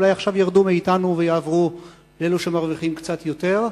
אולי עכשיו ירדו מאתנו ויעברו לאלו שמרוויחים קצת יותר.